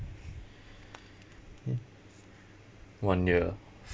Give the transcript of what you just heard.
mm one year